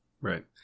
right